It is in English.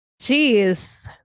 Jeez